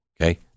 Okay